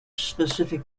specific